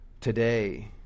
today